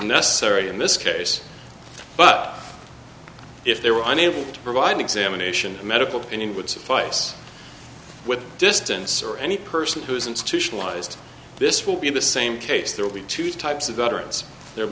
necessary in this case but if they were unable to provide an examination a medical opinion would suffice with distance or any person who is institutionalized this will be the same case there will be two types of utterance there